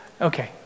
Okay